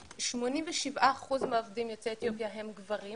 87% מהעובדים יוצאי אתיופיה הם גברים